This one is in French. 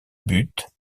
but